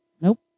Nope